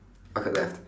okay left